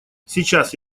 сейчас